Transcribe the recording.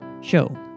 show